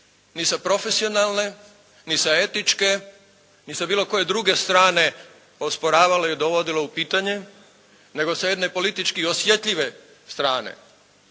ni sa profesionalne, ni sa etičke, ni sa bilo koje druge strane osporavalo i dovodilo u pitanje nego sa jedne politički osjetljive strane